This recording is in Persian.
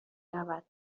رود